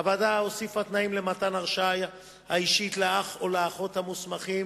הוועדה הוסיפה תנאים למתן ההרשאה האישית לאח או אחות המוסמכים